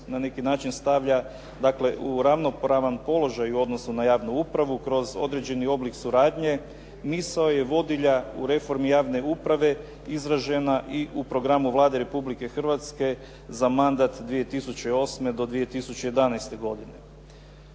na neki način stavlja dakle, u ravnopravan položaj u odnosu na javnu upravu kroz određeni oblik suradnje misao je vodilja u reformi javne uprave izražena i u programu Vlade Republike Hrvatske za mandat 2008. do 2011. godine.